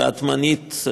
ואת מנית,